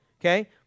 Okay